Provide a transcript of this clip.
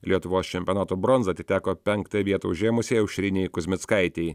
lietuvos čempionato bronza atiteko penktąją vietą užėmusi aušrinei kuzmickaitei